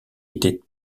était